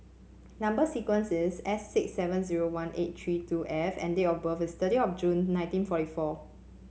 number sequence is S six seven zero one eight three two F and date of birth is thirty of June nineteen forty four